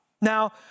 Now